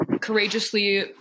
courageously